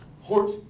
Hort